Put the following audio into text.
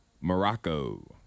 Morocco